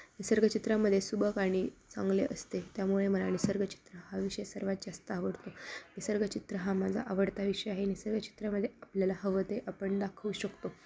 निसर्ग चित्रामध्ये सुबक आणि चांगले असते त्यामुळे मला निसर्ग चित्र हा विषय सर्वात जास्त आवडतो निसर्ग चित्र हा माझा आवडता विषय आहे निसर्ग चित्रामध्ये आपल्याला हवं ते आपण दाखवू शकतो